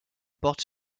porte